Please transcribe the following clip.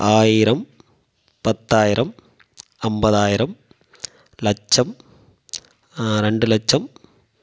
ஆயிரம் பத்தாயிரம் ஐம்பதாயிரம் லட்சம் ரெண்டு லட்சம்